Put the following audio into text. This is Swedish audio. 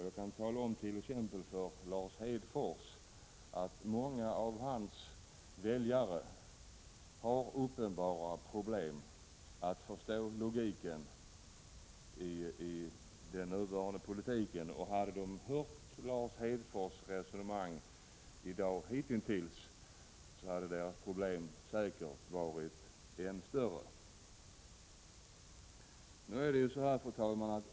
Jag kan tala om för t.ex. Lars Hedfors att många av hans väljare har uppenbara problem att förstå logiken i den nuvarande politiken. Om de hade hört Lars Hedfors resonemang hitintills i dag hade deras problem säkert varit än större. Fru talman!